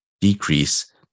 decrease